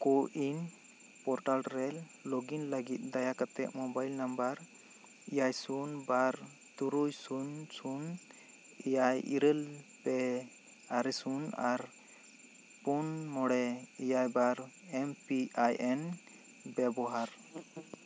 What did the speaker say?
CoWIN portal ᱨᱮ login ᱞᱟᱜᱤᱫ ᱫᱟᱭᱟ ᱠᱟᱛᱮᱫ ᱢᱳᱵᱟᱭᱤᱞ ᱱᱟᱢᱵᱟᱨ ᱮᱭᱟᱭ ᱥᱩᱱ ᱵᱟᱨ ᱛᱩᱨᱩᱭ ᱥᱩᱱ ᱥᱩᱱ ᱮᱭᱟᱭ ᱤᱨᱟᱹᱞ ᱯᱮ ᱟᱨᱮ ᱥᱩᱱ ᱟᱨ ᱯᱩᱱ ᱢᱚᱬᱮ ᱮᱭᱟᱭ ᱵᱟᱨ ᱮᱢ ᱯᱤ ᱟᱭ ᱮᱱ ᱵᱮᱵᱚᱦᱟᱨ